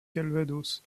calvados